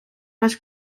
les